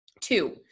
Two